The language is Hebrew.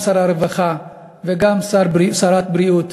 גם שר הרווחה וגם שרת הבריאות,